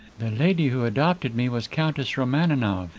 the lady who adopted me was countess romaninov,